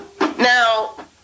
Now